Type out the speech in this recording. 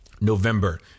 november